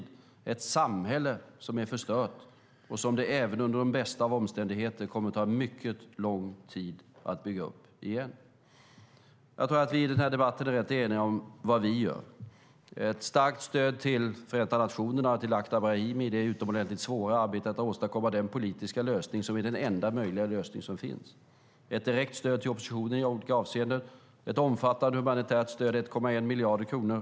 Det är ett samhälle som är förstört och som det även under de bästa av omständigheter kommer att ta mycket lång tid att bygga upp igen. Jag tror att vi i den här debatten är rätt eniga om vad vi gör. Det är ett starkt stöd till Förenta nationerna och Lakhdar Brahimi och det utomordentligt svåra arbete att åstadkomma den politiska lösning som är den enda möjliga lösning som finns. Det är ett direkt stöd till oppositionen i området i olika avseenden. Det är ett omfattande humanitärt stöd på 1,1 miljard kronor.